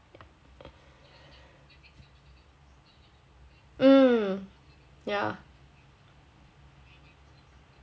mm yeah